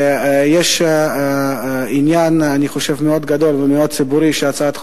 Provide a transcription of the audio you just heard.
ואני חושב שיש עניין ציבורי מאוד גדול שהצעת החוק